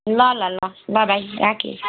ल ल ल ल भाइ राखेँ